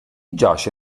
giace